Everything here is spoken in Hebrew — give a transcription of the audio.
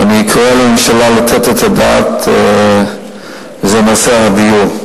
ואני קורא לממשלה לתת את הדעת, וזה נושא הדיור.